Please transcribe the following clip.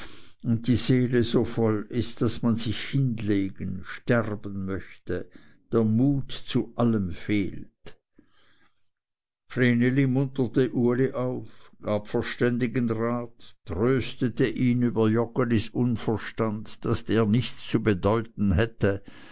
und die seele so voll ist daß man sich hinlegen sterben möchte der mut zu allem fehlt vreneli munterte uli auf gab verständigen rat tröstete ihn über joggelis unverstand daß der nichts zu bedeuten hätte